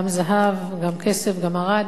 גם זהב, גם כסף, גם ארד,